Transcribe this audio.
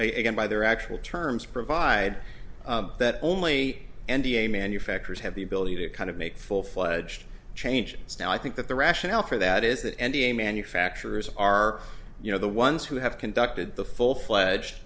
and by their actual terms provide that only n d a manufacturers have the ability to kind of make full fledged changes now i think that the rationale for that is that any manufacturers are you know the ones who have conducted the full fledged